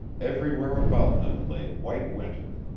everywhere about them lay white winter.